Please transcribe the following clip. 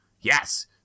yes